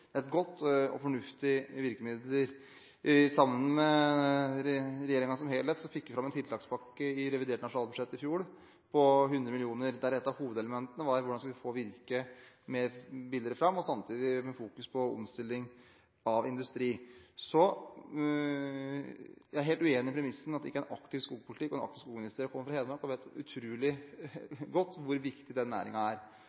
et godt og fornuftig virkemiddel. Sammen med hele regjeringen fikk vi fram en tiltakspakke på 100 mill. kr i revidert nasjonalbudsjett i fjor. Ett av elementene var hvordan vi skulle få virke billigere fram. Samtidig var det fokus på omstilling av industri. Så jeg er helt uenig i premissen at det er ikke en aktiv skogpolitikk og en aktiv skogbruksminister. Jeg kommer fra Hedmark, og jeg vet utrolig godt hvor viktig den næringen er.